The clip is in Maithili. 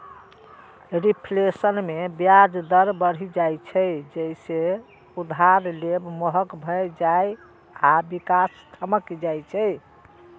रिफ्लेशन मे ब्याज दर बढ़ि जाइ छै, जइसे उधार लेब महग भए जाइ आ विकास ठमकि जाइ छै